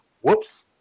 whoops